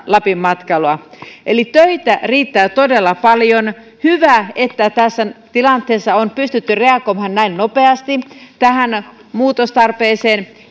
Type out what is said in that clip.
lapin matkailua eli töitä riittää todella paljon hyvä että tässä tilanteessa on pystytty reagoimaan näin nopeasti tähän muutostarpeeseen